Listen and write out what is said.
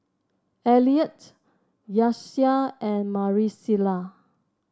Eliot Nyasia and Marisela